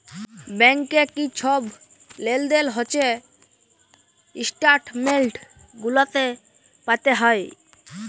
ব্যাংকে কি ছব লেলদেল হছে ইস্ট্যাটমেল্ট গুলাতে পাতে হ্যয়